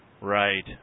Right